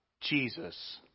Jesus